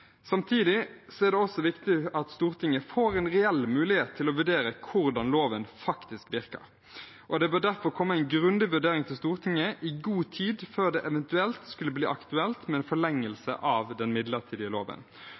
er det også viktig at Stortinget får en reell mulighet til å vurdere hvordan loven faktisk virker. Det bør derfor komme en grundig vurdering til Stortinget i god tid før det eventuelt skulle bli aktuelt med en forlengelse av den midlertidige loven.